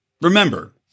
remember